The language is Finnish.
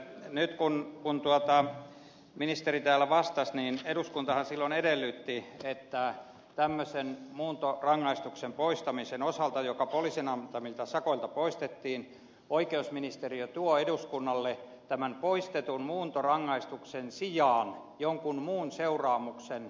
nyt kun ministeri täällä vastasi niin eduskuntahan silloin edellytti että tämmöisen muuntorangaistuksen poistamisen sijaan kun se poliisin antamilta sakoilta poistettiin oikeusministeriö tuo eduskunnalle jonkun muun seuraamuksen